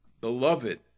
beloved